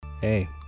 Hey